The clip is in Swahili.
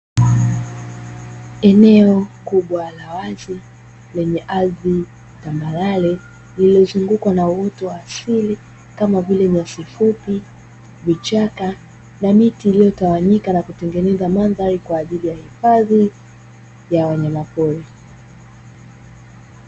Eneo kubwa la wazi lenye ardhi tambarare lililozungukwa na uoto wa asili kama vile; nyasi fupi, vichaka na miti iliyotawanyika na kutengeneza mandhari kwa ajili ya hifadhi ya wanyama pori.